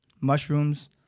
mushrooms